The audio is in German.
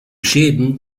schäden